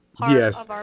yes